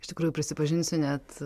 iš tikrųjų prisipažinsiu net